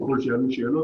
ככל שייעלו שאלות.